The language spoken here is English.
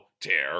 tear